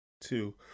two